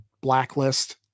blacklist